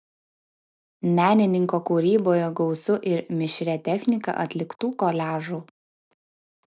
menininko kūryboje gausu ir mišria technika atliktų koliažų